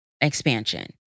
expansion